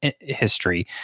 history